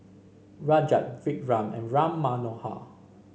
Rajat Vikram and Ram Manohar